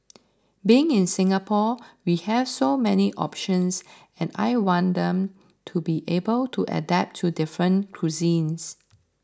being in Singapore we have so many options and I want them to be able to adapt to different cuisines